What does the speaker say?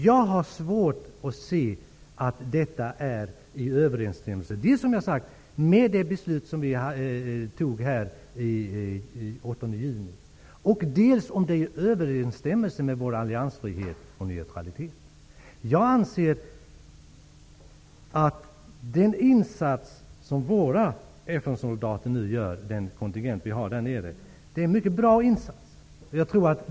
Jag har svårt att se att ett beslut om en sådan styrka är i överensstämmelse med det beslut som riksdagen fattade den 8 juni och med vår alliansfrihet och neutralitet. Jag anser att våra FN-soldater i den kontingent som nu finns i Bosnien gör en mycket bra insats.